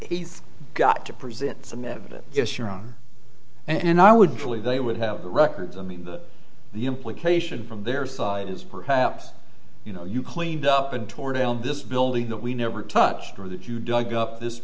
he's got to present some evidence yes your honor and i would really they would have records i mean the implication from their side is perhaps you know you cleaned up and tore down this building that we never touched or that you dug up this